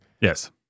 Yes